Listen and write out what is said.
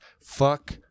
Fuck